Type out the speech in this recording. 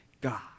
God